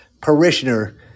parishioner